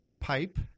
pipe